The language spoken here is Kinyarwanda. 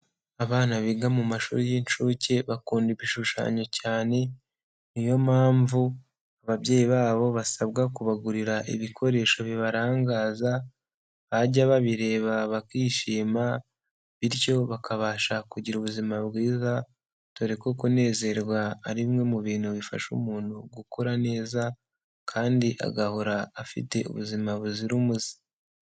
Abana biga mu mashuri y'inshuke bakunda ibishushanyo cyane, niyo mpamvu ababyeyi babo basabwa kubagurira ibikoresho bibarangaza, bajya babireba bakishima bityo bakabasha kugira ubuzima bwiza, dore ko kunezerwa ari bimwe mu bintu bifasha umuntu gukora neza kandi agahora afite ubuzima buzira umuze.